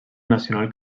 nacional